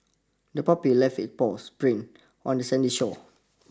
the puppy left its paws print on the sandy shore